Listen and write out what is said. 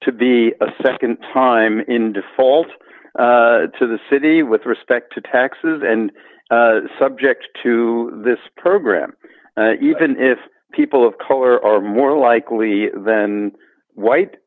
to be a nd time in default to the city with respect to taxes and subject to this program even if people of color are more likely than white